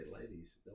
ladies